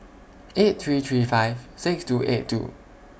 eight three three five six two eight two